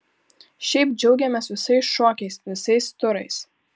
šiaip džiaugiamės visais šokiais visais turais